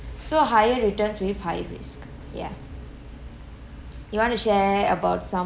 so higher returns with higher risk ya you want to share about some